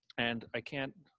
and i can't,